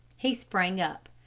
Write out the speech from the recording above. he sprang up.